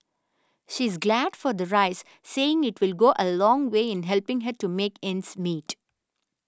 she is glad for the raise saying it will go a long way in helping her to make ends meet